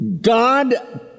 God